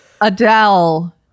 Adele